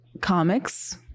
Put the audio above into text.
comics